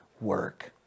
work